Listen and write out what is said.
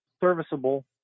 serviceable